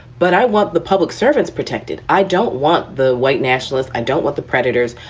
but i want the public servants protected. i don't want the white nationalists. i don't want the predators.